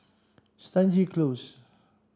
Stangee Close